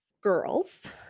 Girls